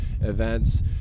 events